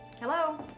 Hello